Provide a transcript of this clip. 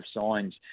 signs